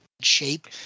shape